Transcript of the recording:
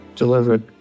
delivered